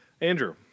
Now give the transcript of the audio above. Andrew